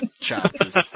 chapters